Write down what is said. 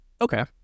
okay